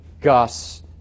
Gus